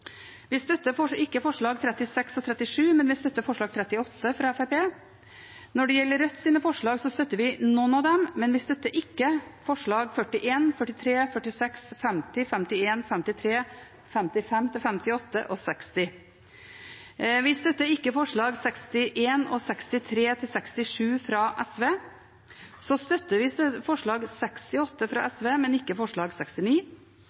Vi støtter ikke forslagene nr. 36 og 37, men vi støtter forslag nr. 38, fra Fremskrittspartiet. Når det gjelder Rødts forslag, støtter vi noen av dem, men vi støtter ikke forslagene nr. 41, 43, 46, 50, 51, 53, 55–58 og 60. Vi støtter ikke forslag nr. 61 og forslagene nr. 63–67, fra SV. Så støtter vi forslag nr. 68, fra SV, men ikke forslag nr. 69.